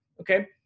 Okay